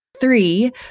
Three